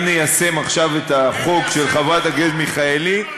אם ניישם עכשיו את החוק של חברת הכנסת מיכאלי,